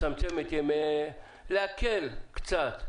להקל קצת.